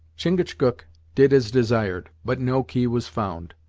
chingachgook did as desired, but no key was found.